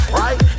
right